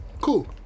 Cool